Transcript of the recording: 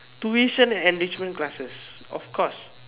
tuition enrichment classes of course